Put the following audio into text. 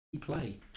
play